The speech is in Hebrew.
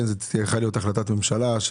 להיות החלטת ממשלה.